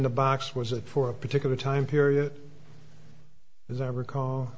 the box was it for a particular time period as i recall